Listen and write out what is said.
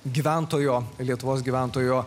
gyventojo lietuvos gyventojo